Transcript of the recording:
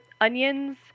Onions